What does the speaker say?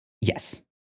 Yes